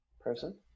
person